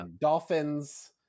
dolphins